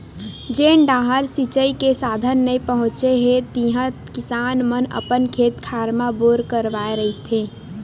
जेन डाहर सिचई के साधन नइ पहुचे हे तिहा किसान मन अपन खेत खार म बोर करवाए रहिथे